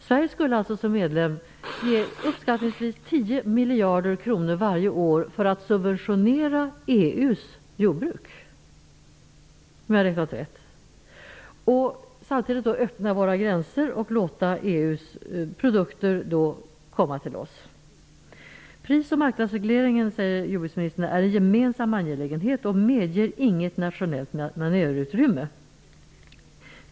Sverige skulle alltså som medlem ge uppskattningsvis 10 miljarder kronor varje år för att subventionera EU:s jordbruk, om jag har räknat rätt, och vi skulle samtidigt öppna våra gränser och låta EU:s produkter komma till oss. Jordbruksministern säger att pris och marknadsregleringen är en gemensam angelägenhet och medger inget nationellt manöverutrymme.